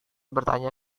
bertanya